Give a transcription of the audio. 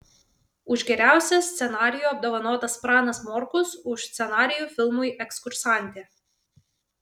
už geriausią scenarijų apdovanotas pranas morkus už scenarijų filmui ekskursantė